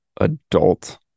adult